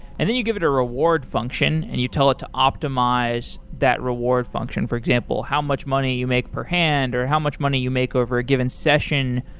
and then you give it a reward function and you tell it to optimize that reward function. for example, how much money you make per hand or how much money you make over a given session.